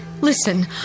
Listen